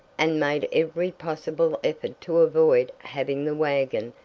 and made every possible effort to avoid having the wagon,